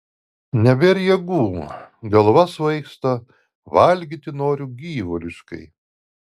nebėr jėgų galva svaigsta valgyti noriu gyvuliškai